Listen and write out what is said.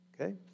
okay